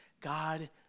God